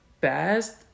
best